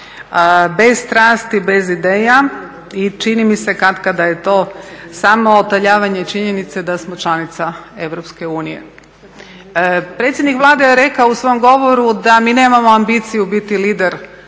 bez strasti i bez ideja i čini mi se da je katkada to samo otaljavanje činjenice da smo članica EU. Predsjednik Vlade je rekao u svom govoru da mi nemamo ambiciju biti lider